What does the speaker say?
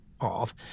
off